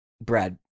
Brad